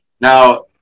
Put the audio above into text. Now